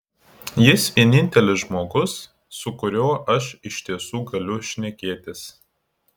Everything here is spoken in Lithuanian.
jis vienintelis žmogus su kuriuo aš iš tiesų galiu šnekėtis